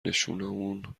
نشونامون